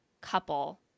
couple